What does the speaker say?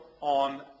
on